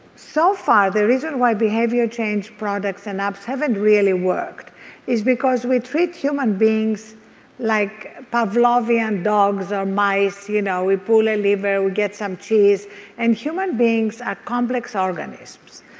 so far, the reason why behavior change products and apps haven't really worked is because we treat human beings like pavlovian dogs or mice. you know we pull a lever, we get some cheese and human beings are complex organisms.